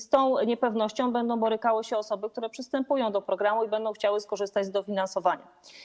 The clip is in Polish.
Z tą niepewnością będą borykały się osoby, które przystępują do programu i będą chciały skorzystać z dofinansowania.